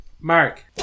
Mark